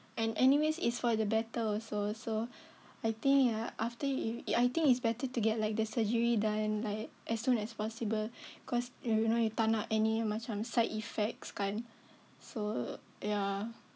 and anyways it's for the better also so I think ah after if I think it's better to get like the surgery done like as soon as possible because you know you tak nak any macam side effects kan so ya